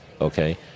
Okay